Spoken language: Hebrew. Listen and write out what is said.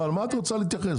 למה את רוצה להתייחס?